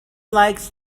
likes